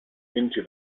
into